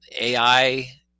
ai